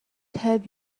have